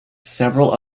several